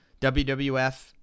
WWF